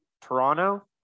Toronto